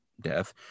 death